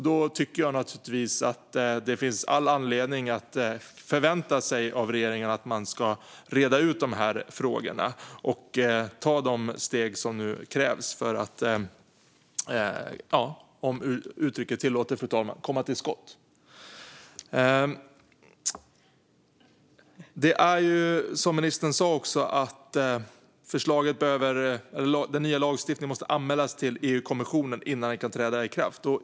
Då tycker jag naturligtvis att det finns all anledning att förvänta sig av regeringen att den ska reda ut dessa frågor och ta de steg som nu krävs för att, om uttrycket tillåts, fru talman, komma till skott. Som ministern sa måste den nya lagstiftningen anmälas till EU-kommissionen innan den kan träda i kraft.